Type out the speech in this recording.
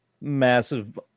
massive